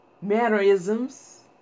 mannerisms